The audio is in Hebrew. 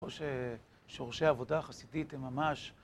שורשי עבודה חסידית הן ממש...